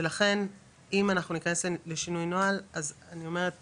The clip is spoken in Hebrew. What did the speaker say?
ולכן אם אנחנו ניכנס לשינוי נוהל - אז אני אומרת